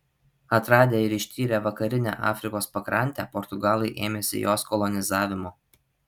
atradę ir ištyrę vakarinę afrikos pakrantę portugalai ėmėsi jos kolonizavimo